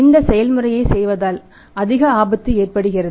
இந்த செயல்முறையைச் செய்வதால் அதிக ஆபத்து ஏற்படுத்துகிறது